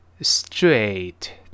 straight